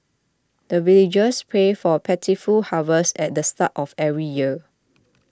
the villagers pray for plentiful harvest at the start of every year